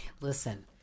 Listen